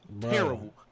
terrible